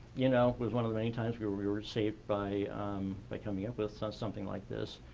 you know, was one of the many times we were we were saved by by coming up with something like this.